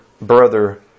brother